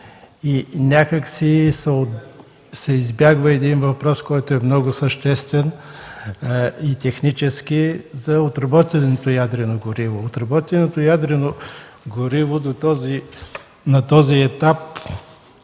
и някак си се избягва един въпрос, който е много съществен и технически за отработеното ядрено гориво. Отработеното ядрено гориво на този етап